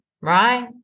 right